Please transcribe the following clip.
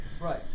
Right